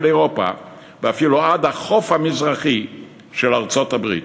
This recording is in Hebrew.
אירופה ואפילו עד החוף המזרחי של ארצות-הברית.